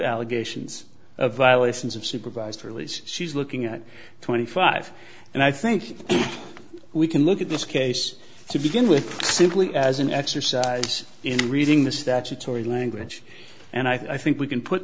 allegations of violations of supervised release she's looking at twenty five and i think we can look at this case to begin with simply as an exercise in reading the statutory language and i think we can put